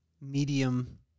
medium